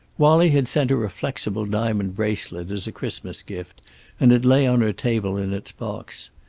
wallie had sent her a flexible diamond bracelet as a christmas gift and it lay on her table in its box.